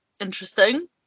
interesting